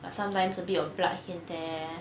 but sometimes a bit of blood here and there